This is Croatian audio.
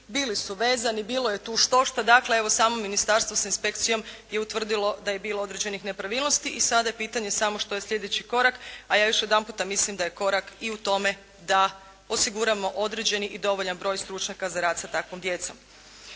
Bili su vezani, bilo je tu štošta. Dakle, evo samo ministarstvo sa inspekcijom je utvrdilo da je bilo određenih nepravilnosti i sada je pitanje samo što je slijedeći korak, a ja još jedan puta mislim da je korak i u tome da osiguramo određeni i dovoljan broj stručnjaka za rad sa takvom djecom.